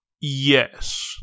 Yes